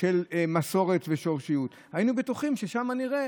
של מסורת ושורשיות, היינו בטוחים ששם נראה